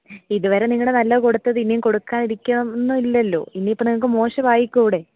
ഇത് വരെ നിങ്ങളുടെ നല്ലത് കൊടുത്തത് ഇനിയും കൊടുക്കാതിരിക്കാം എന്ന് ഇല്ലല്ലോ ഇനി ഇപ്പോൾ നിങ്ങൾക്ക് മോശമായിക്കൂടെ